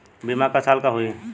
बीमा क साल क होई?